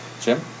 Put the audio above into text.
Jim